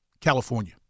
California